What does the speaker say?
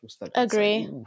Agree